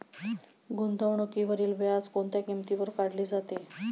गुंतवणुकीवरील व्याज कोणत्या किमतीवर काढले जाते?